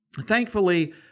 Thankfully